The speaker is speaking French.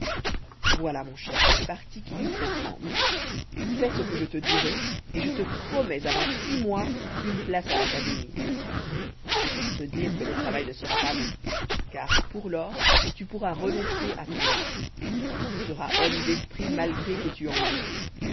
voilà mon cher le parti qu'il nous faut prendre fais ce que je te dirai et je te promets avant six mois une place à l'académie c'est pour te dire que le travail ne sera pas long car pour lors tu pourras renoncer à ton art tu seras homme d'esprit malgré que tu en aies